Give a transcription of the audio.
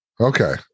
Okay